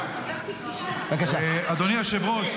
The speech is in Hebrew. אדוני היושב-ראש,